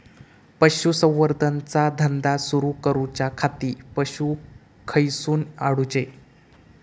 पशुसंवर्धन चा धंदा सुरू करूच्या खाती पशू खईसून हाडूचे?